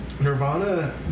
Nirvana